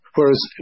Whereas